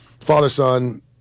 father-son